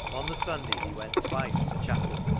on the sunday he went twice to chapel,